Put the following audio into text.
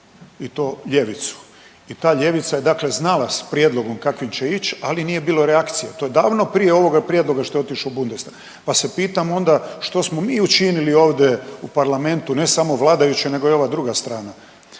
i to ljevicu i ta ljevica je dakle znao s prijedlogom kakvim će ići, ali nije bilo reakcija i to davno prije ovoga prijedloga što je otišao u Bundestag. Pa se pitam onda što smo mi učinili ovdje u Parlamentu ne samo vladajući, nego i ova druga strana?